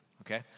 Okay